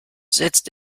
setzt